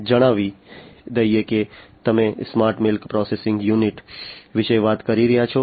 જણાવી દઈએ કે તમે સ્માર્ટ મિલ્ક પેકેજિંગ યુનિટ વિશે વાત કરી રહ્યા છો